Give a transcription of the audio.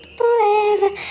forever